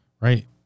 right